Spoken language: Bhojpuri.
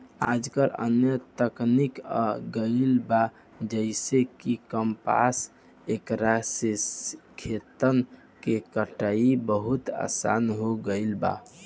आजकल न्या तकनीक आ गईल बा जेइसे कि कंपाइन एकरा से खेतन के कटाई बहुत आसान हो गईल बा